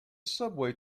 subway